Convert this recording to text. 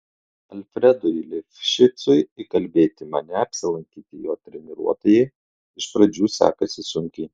alfredui lifšicui įkalbėti mane apsilankyti jo treniruotėje iš pradžių sekasi sunkiai